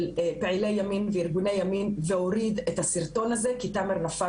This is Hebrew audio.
פעילי ימין וארגוני ימין והוריד את הסרטון הזה כי תאמר נפאר